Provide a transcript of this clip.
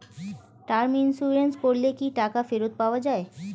Term insurance করলে কি টাকা ফেরত পাওয়া যায়?